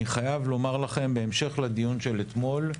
אני חייב לומר לכם בהמשך לדיון של אתמול,